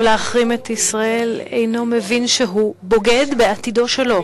להחרים את ישראל אינו מבין שהוא בוגד בעתידו שלו.